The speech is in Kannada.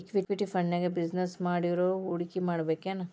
ಇಕ್ವಿಟಿ ಫಂಡ್ನ್ಯಾಗ ಬಿಜಿನೆಸ್ ಮಾಡೊವ್ರನ ಹೂಡಿಮಾಡ್ಬೇಕೆನು?